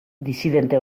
disidente